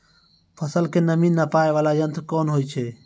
फसल के नमी नापैय वाला यंत्र कोन होय छै